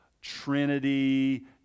Trinity